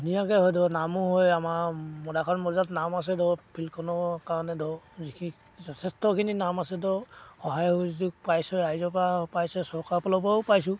ধুনীয়াকৈ হয় ধৰ নামো হয় আমাৰ মদাৰখাট মৌজাত নাম আছে ধৰ ফিল্ডখনৰ কাৰণে ধৰ যিখিনি যথেষ্টখিনি নাম আছে ধৰ সহায় সুযোগ পাইছে ৰাইজৰপৰা পাইছে চৰকাৰৰ ফালৰপৰাও পাইছোঁ